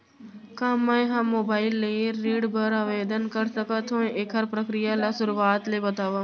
का मैं ह मोबाइल ले ऋण बर आवेदन कर सकथो, एखर प्रक्रिया ला शुरुआत ले बतावव?